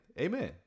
Amen